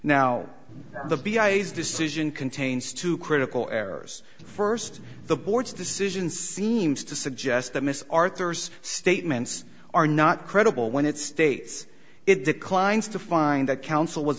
s decision contains two critical errors first the board's decision seems to suggest that miss arthur's statements are not credible when it states it declines to find that counsel was